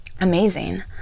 amazing